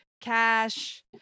Cash